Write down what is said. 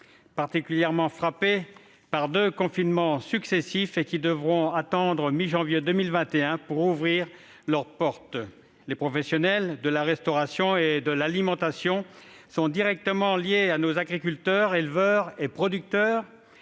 particulièrement frappés par deux confinements successifs et qui devront attendre la mi-janvier 2021 pour rouvrir leurs portes. Les professionnels de la restauration et de l'alimentation sont directement liés à nos agriculteurs, éleveurs et producteurs,